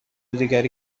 دیگری